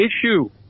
issue